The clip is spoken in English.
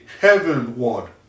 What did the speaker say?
heavenward